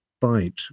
bite